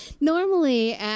Normally